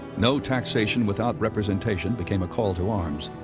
no taxation without representation became a call to arms.